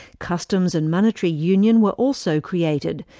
customs and monetary union were also created,